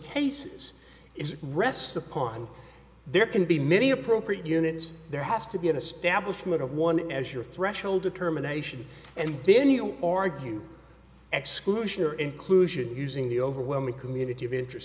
cases is rests upon there can be many appropriate units there has to be an establishment of one as your threshold determination and then you argue exclusion or inclusion using the overwhelming community of interest